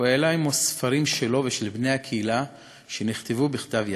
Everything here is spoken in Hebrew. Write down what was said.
וזה הביזה שנבזזו עולי